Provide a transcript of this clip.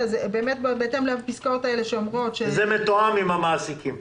זה מתואם עם המעסיקים.